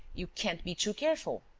you can't be too careful.